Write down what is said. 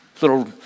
Little